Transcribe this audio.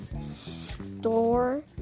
store